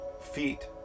feet